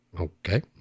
okay